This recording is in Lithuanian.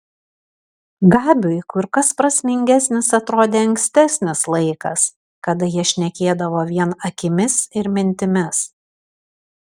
gabiui kur kas prasmingesnis atrodė ankstesnis laikas kada jie šnekėdavo vien akimis ir mintimis